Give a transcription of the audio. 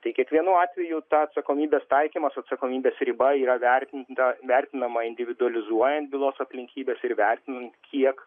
tai kiekvienu atveju ta atsakomybės taikymas atsakomybės riba yra vertintina vertinama individualizuojant bylos aplinkybes ir vertinant kiek